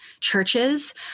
churches